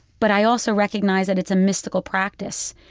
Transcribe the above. but i also recognize that it's a mystical practice,